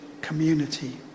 community